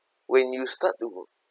when you start to